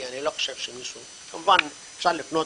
כי אני לא חושב שמישהו כמובן אפשר לפנות